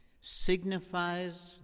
signifies